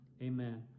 Amen